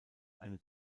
eine